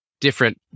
different